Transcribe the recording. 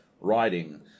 writing